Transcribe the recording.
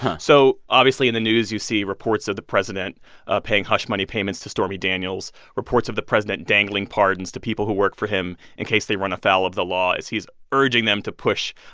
so obviously, in the news you see reports of the president ah paying hush money payments to stormy daniels, reports of the president dangling pardons to people who work for him in case they run afoul of the law as he's urging them to push,